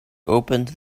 opened